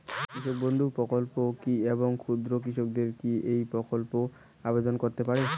কৃষক বন্ধু প্রকল্প কী এবং ক্ষুদ্র কৃষকেরা কী এই প্রকল্পে আবেদন করতে পারবে?